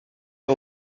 que